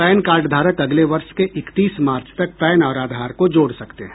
pan कार्डधारक अगले वर्ष के इकतीस मार्च तक पैन और आधार को जोड़ सकते हैं